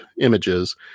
images